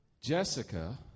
Jessica